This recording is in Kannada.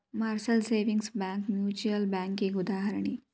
ಮರ್ಸರ್ ಸೇವಿಂಗ್ಸ್ ಬ್ಯಾಂಕ್ ಮ್ಯೂಚುಯಲ್ ಬ್ಯಾಂಕಿಗಿ ಉದಾಹರಣಿ